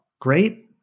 great